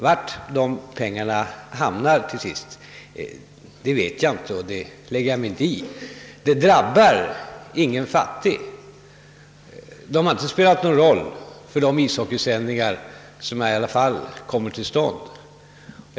Var dessa pengar till sist hamnar vet jag inte, och jag lägger mig inte i det. Utbetalningen drabbar ingen fattig. Men pengarna har inte spelat någon roll för de ishockeysändningar som dock nu kommer till stånd.